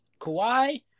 Kawhi